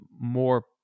more